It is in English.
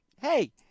hey